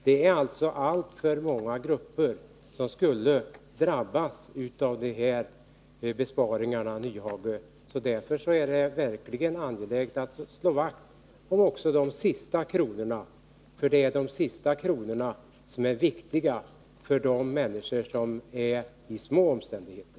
Det är alltså alltför många grupper som skulle drabbas av de här besparingarna, Hans Nyhage. Därför är det angeläget att slå vakt också om de sista kronorna, för det är de sista kronorna som är viktiga för människor i små omständigheter.